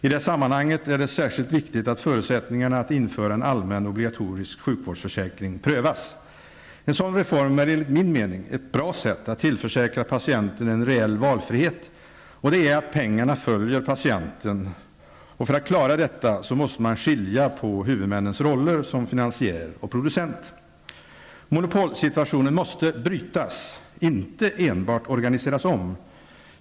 I det sammanhanget är det särskilt viktigt att förutsättningarna att införa en allmän obligatorisk sjukvårdsföräkring prövas. En sådan reform är enligt min mening ett bra sätt att tillförsäkra patienten en reell valfrihet, dvs. att pengarna följer patienten. För att klara detta måste man skilja på huvudmännens roller som finansiär och producent. Monopolsituationen måste brytas, inte enbart organiseras om.